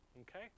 okay